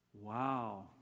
Wow